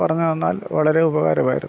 പറഞ്ഞുതന്നാൽ വളരെ ഉപകാരമായിരുന്നു